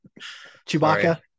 Chewbacca